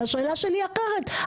והשאלה שלי היא אחרת,